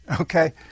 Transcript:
okay